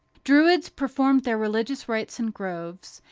druids performed their religious rites in groves,